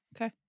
Okay